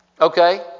Okay